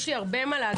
יש לי הרבה מה להגיד,